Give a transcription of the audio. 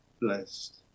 blessed